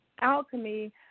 alchemy